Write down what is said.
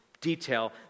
detail